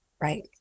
right